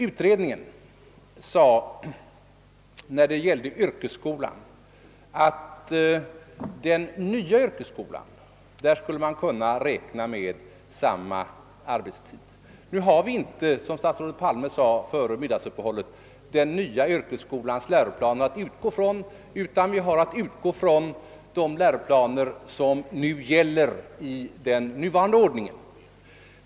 Utredningen framhöll beträffande yrkesskolan, att man i den nya yrkesskolan skulle kunna räkna med samma arbetstid som i andra skolformer. Nu har vi inte, som statsrådet Palme sade före middagsuppehållet, att utgå från den nya yrkesskolans läroplaner, utan vi måste bygga på de läroplaner som gäller enligt den nuvarande ordningen.